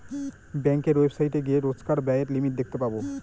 ব্যাঙ্কের ওয়েবসাইটে গিয়ে রোজকার ব্যায়ের লিমিট দেখতে পাবো